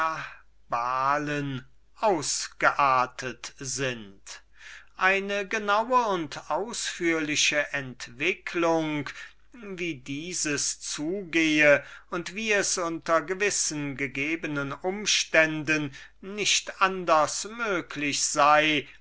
ausgeartet sind eine genaue und ausführliche entwicklung wie dieses zugehe wie es unter gewissen gegebenen umständen nicht anders möglich sei